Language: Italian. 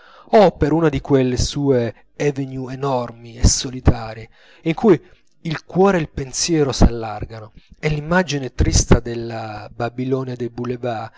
o per una di quelle sue avenues enormi e solitarie in cui il cuore e il pensiero s'allargano e l'immagine trista della babilonia dei